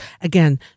Again